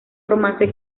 romance